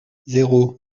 zéro